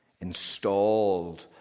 installed